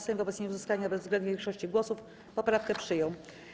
Sejm wobec nieuzyskania bezwzględnej większości głosów poprawkę przyjął.